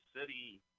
City